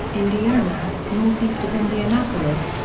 indiana, northeast of indianapolis,